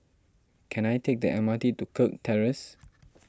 can I take the M R T to Kirk Terrace